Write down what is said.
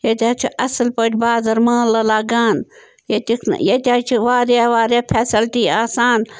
ییٚتہِ حظ چھِ آصٕل پٲٹھۍ بازَر مٲلہٕ لگان ییٚتِکۍ ییٚتہِ حظ چھِ واریاہ واریاہ فیسلٹی آسان